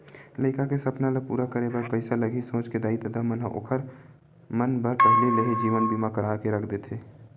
लइका के सपना ल पूरा करे बर पइसा लगही सोच के दाई ददा मन ह ओखर मन बर पहिली ले ही जीवन बीमा करा के रख दे रहिथे